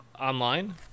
online